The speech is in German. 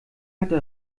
hatte